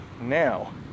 Now